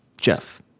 Jeff